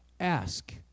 ask